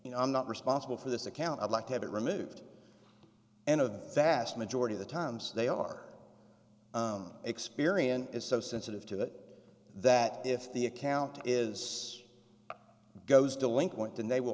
you know i'm not responsible for this account i'd like to have it removed and a vast majority of the times they are experian is so sensitive to that that if the account is goes delinquent and they will